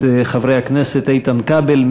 את חברי הכנסת איתן כבל,